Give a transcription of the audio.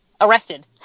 arrested